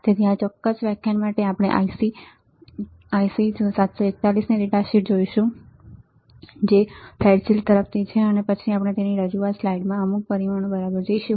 તેથી આ ચોક્કસ વ્યાખ્યાન માટે આપણે IC 741 ની ડેટા શીટ જોઈશું જે Fairchild તરફથી છે અને પછી આપણે રજૂઆત સ્લાઈડમાં અમુક પરિમાણો બરાબર જોઈશું